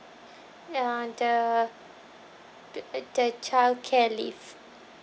uh the th~ the childcare leave